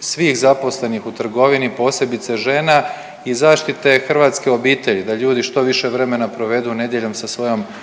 svih zaposlenih u trgovini, posebice žena i zaštite hrvatske obitelji da ljudi što više vremena provedu nedjeljom sa svojom obitelji.